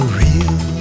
real